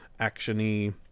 actiony